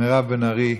מירב בן ארי,